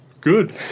Good